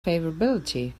favorability